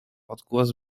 odgłos